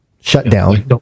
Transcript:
shutdown